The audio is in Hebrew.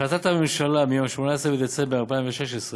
בהחלטת הממשלה מיום 18 בדצמבר 2016,